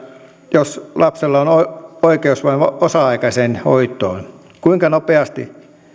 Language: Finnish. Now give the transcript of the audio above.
jos lapsella on oikeus vain osa aikaiseen hoitoon kuinka nopeasti